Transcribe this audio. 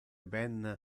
ben